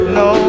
no